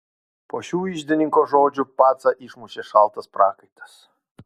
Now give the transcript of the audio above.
po šių iždininko žodžių pacą išmušė šaltas prakaitas